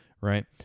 Right